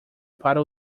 para